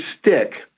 Stick